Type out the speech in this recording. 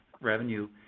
revenue